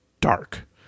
dark